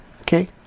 Okay